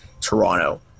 Toronto